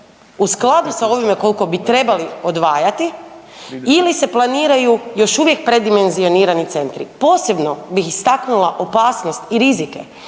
u skladu sa ovime kolko bi trebali odvajati ili se planiraju još uvijek predimenzionirani centri, posebno bih istaknula opasnost i rizike